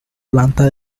planta